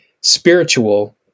Spiritual